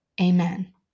amen